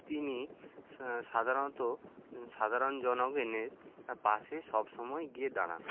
তিনি সাধারণত সাধারণ জনগণের পাশে সব সময় গিয়ে দাঁড়ান